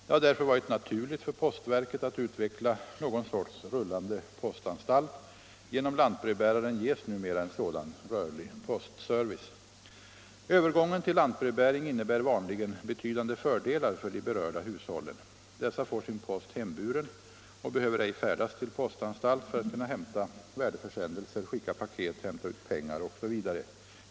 Det har därför varit naturligt för postverket att utveckla någon sorts rullande postanstalt. Genom lantbrevbäraren ges numera en sådan rörlig postservice. Övergången till lantbrevbäring innebär vanligen betydande fördelar för de berörda hushållen. Dessa får sin post hemburen och behöver ej färdas till postanstalt för att kunna hämta värdeförsändelser, skicka paket, hämta ut pengar osv.